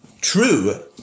true